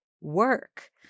work